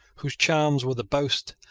whose charms were the boast,